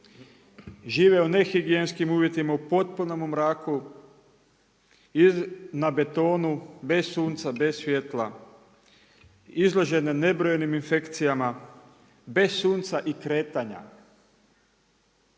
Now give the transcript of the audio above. Žive u nehigijenskim uvjetima u potpunom mraku, na betonu, bez sunca, bez svjetla, izložene nebrojenim infekcijama, bez sunca i kretanja.